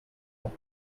ans